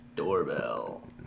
doorbell